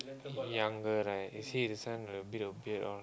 younger right you see this one got a bit of beard all